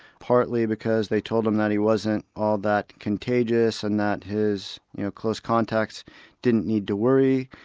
partly because they told him that he wasn't all that contagious and that his close contacts didn't need to worry,